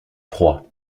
proie